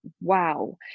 wow